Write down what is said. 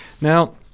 Now